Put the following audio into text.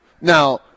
now